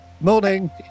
Morning